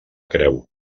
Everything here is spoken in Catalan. creu